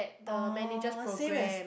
orh same as